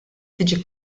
tiġi